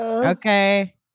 Okay